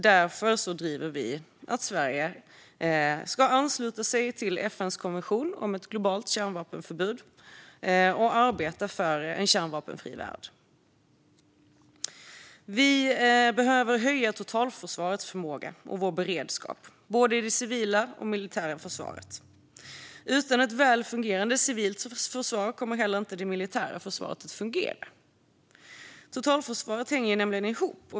Därför driver vi att Sverige ska ansluta sig till FN:s konvention om ett globalt kärnvapenförbud och arbetar för en kärnvapenfri värld. Vi behöver höja totalförsvarets förmåga och vår beredskap, både i det civila och i det militära försvaret. Utan ett välfungerande civilt försvar kommer inte heller det militära försvaret att fungera. Totalförsvaret hänger nämligen ihop.